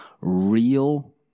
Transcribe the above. real